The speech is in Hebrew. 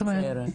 מה זאת אומרת?